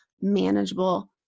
manageable